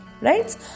Right